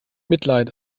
mitleid